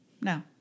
No